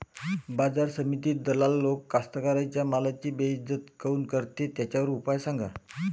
बाजार समितीत दलाल लोक कास्ताकाराच्या मालाची बेइज्जती काऊन करते? त्याच्यावर उपाव सांगा